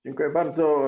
Dziękuję bardzo.